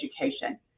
education